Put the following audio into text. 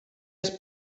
els